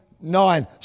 nine